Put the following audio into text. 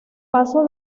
paso